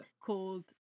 called